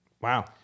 Wow